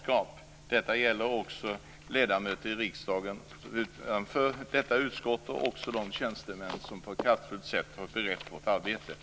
Detta gäller också ledamöter i riksdagen utanför detta utskott och även de tjänstemän som på ett kraftfullt sätt har berett vårt arbete.